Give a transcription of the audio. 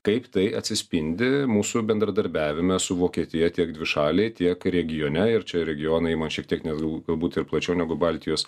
kaip tai atsispindi mūsų bendradarbiavime su vokietija tiek dvišaliai tiek regione ir čia regionai imant šiek tiek net gal galbūt ir plačiau negu baltijos